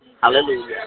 Hallelujah